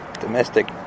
Domestic